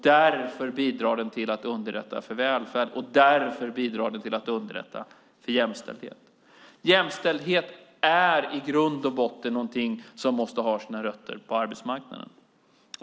Därför bidrar den till att underlätta för välfärd och därför bidrar den till att underlätta för jämställdhet. Jämställdhet är i grund och botten någonting som måste ha sina rötter på arbetsmarknaden.